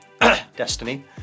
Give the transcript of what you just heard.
Destiny